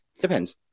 depends